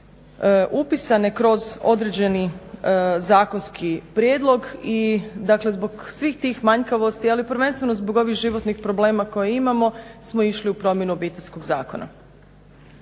upisane kroz određeni zakonski prijedlog i dakle zbog svih tih manjkavosti ali prvenstveno zbog ovih životnih problema koje imamo smo išli u promjene obiteljskog zakona.